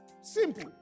Simple